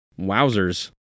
Wowzers